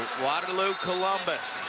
waterloo columbus,